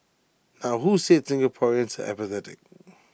now who said Singaporeans are apathetic